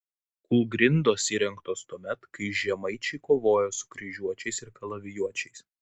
kūlgrindos įrengtos tuomet kai žemaičiai kovojo su kryžiuočiais ir kalavijuočiais